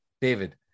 David